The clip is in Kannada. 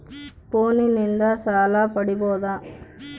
ಫೋನಿನಿಂದ ಸಾಲ ಪಡೇಬೋದ?